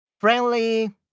friendly